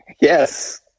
Yes